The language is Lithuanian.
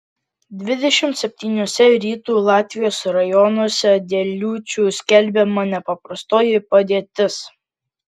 dvidešimt septyniuose rytų latvijos rajonuose dėl liūčių skelbiama nepaprastoji padėtis